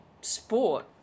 sport